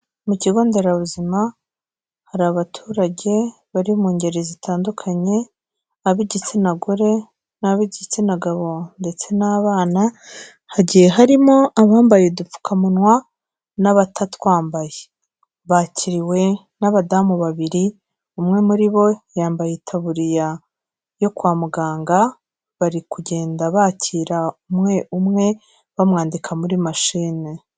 Mu kigo Nderabuzima hari abaturage bari mu ngeri zitandukanye, ab'igitsina gore n'ab'igitsina gabo ndetse n'abana, hagiye harimo abambaye udupfukamunwa, n'abatatwambaye. Bakiriwe n'abadamu babiri, umwe muri bo yambaye itaburiya yo kwa muganga, bari kugenda bakira umwe umwe bamwandika muri mashine.